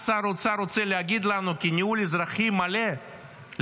אז שר האוצר רוצה להגיד לנו כי ניהול אזרחי מלא לשנה